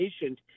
patient